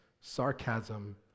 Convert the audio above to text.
sarcasm